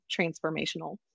transformational